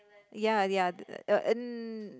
ya ya and